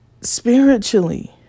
Spiritually